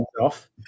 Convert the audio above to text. off